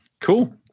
cool